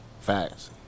Facts